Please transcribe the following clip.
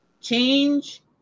change